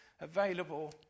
available